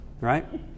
right